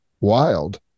wild